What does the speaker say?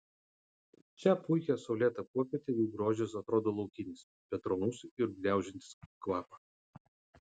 šią puikią saulėtą popietę jų grožis atrodo laukinis bet romus ir gniaužiantis kvapą